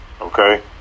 Okay